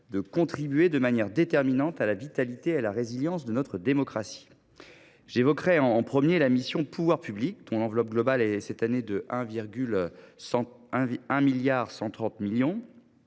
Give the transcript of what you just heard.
de contribuer de manière déterminante à la vitalité et à la résilience de notre démocratie. J’évoquerai pour commencer la mission « Pouvoirs publics », dont l’enveloppe globale s’élève cette année à 1,13 milliard d’euros,